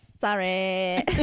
Sorry